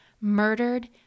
Murdered